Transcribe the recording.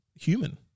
human